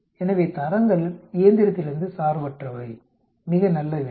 எனவே தரங்கள் இயந்திரத்திலிருந்து சார்பற்றவை மிக நல்ல வினா